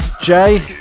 Jay